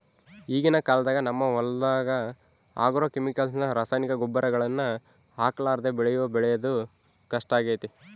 ಈಗಿನ ಕಾಲದಾಗ ನಮ್ಮ ಹೊಲದಗ ಆಗ್ರೋಕೆಮಿಕಲ್ಸ್ ನ ರಾಸಾಯನಿಕ ಗೊಬ್ಬರಗಳನ್ನ ಹಾಕರ್ಲಾದೆ ಬೆಳೆ ಬೆಳೆದು ಕಷ್ಟಾಗೆತೆ